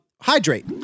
Hydrate